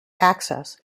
axis